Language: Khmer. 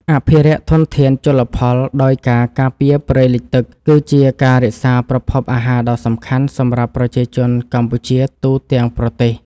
អភិរក្សធនធានជលផលដោយការការពារព្រៃលិចទឹកគឺជាការរក្សាប្រភពអាហារដ៏សំខាន់សម្រាប់ប្រជាជនកម្ពុជាទូទាំងប្រទេស។